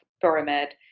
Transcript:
pyramid